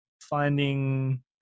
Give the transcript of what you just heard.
finding